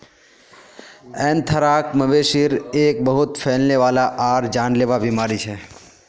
anthrax, मवेशिर एक बहुत फैलने वाला आर जानलेवा बीमारी छ